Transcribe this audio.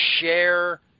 share